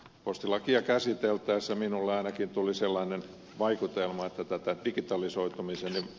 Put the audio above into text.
postilakia käsiteltäessä minulle ainakin tuli sellainen vaikutelma että tätä digitalisoitumisen